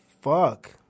fuck